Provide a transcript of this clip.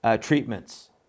treatments